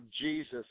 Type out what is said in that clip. Jesus